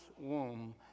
womb